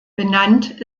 benannt